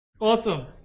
awesome